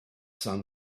sun